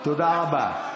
תודה רבה.